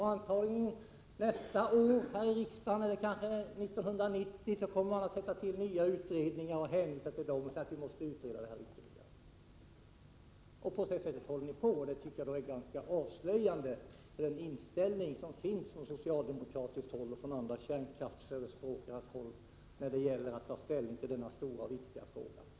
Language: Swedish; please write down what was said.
Nästa år och kanske även 1990 kommer socialdemokraterna antagligen att tillsätta nya utredningar och hänvisa till dem. På det sättet kommer det att fortsätta. Detta är ganska avslöjande för den inställning som finns från socialdemokratiskt håll och från andra kärnkraftsförespråkares håll när det gäller att ta ställning till denna stora och viktiga fråga.